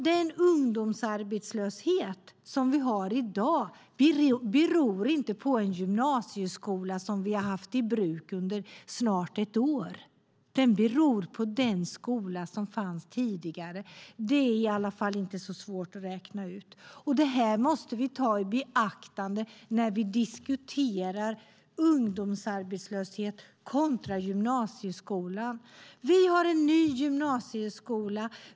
Den ungdomsarbetslöshet som vi har i dag beror inte på en gymnasieskola som vi har haft i bruk i snart ett år. Den beror på den skola som fanns tidigare. Det är i alla fall inte så svårt att räkna ut. Och det måste vi ta i beaktande när vi diskuterar ungdomsarbetslösheten kontra gymnasieskolan. Vi har en ny gymnasieskola.